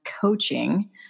coaching